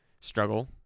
struggle